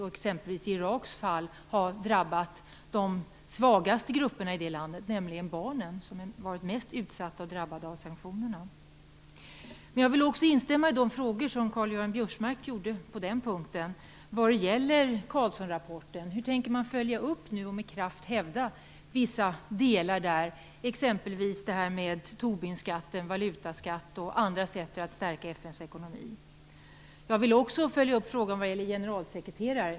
I Iraks fall har det t.ex. drabbat de svagaste grupperna i landet, nämligen barnen. Det är de som blivit mest utsatta och drabbade av sanktionerna. Jag vill också instämma i de frågor Karl-Göran Hur tänker man följa upp och med kraft hävda vissa av delarna i den? Jag talar bl.a. om Tobinsskatten, valutaskatten och andra sätt att stärka FN:s ekonomi. Jag vill också följa upp frågan om generalsekreterare.